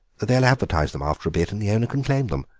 they'll advertise them after a bit and the owner can claim them.